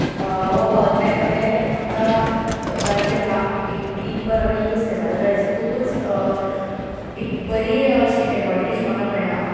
हो power bank हांवें आतां जाली आतां एक वीक भर हांवें यूज केला जाल्यार हाचे खुबूच एक बरी अशी एडवांटेज म्हाका मेळळ्या